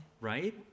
Right